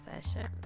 sessions